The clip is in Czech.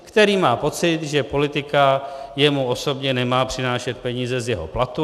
Který má pocit, že politika jemu osobně nemá přinášet peníze z jeho platu.